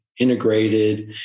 integrated